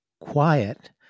quiet